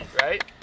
Right